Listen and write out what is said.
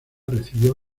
recibió